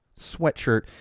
sweatshirt